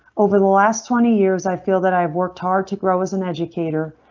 over the last twenty years, i feel that i have worked hard to grow as an educator,